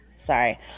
Sorry